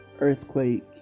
earthquake